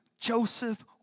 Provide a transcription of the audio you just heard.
Joseph